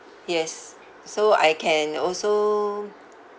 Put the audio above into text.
yes so I can also